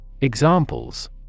Examples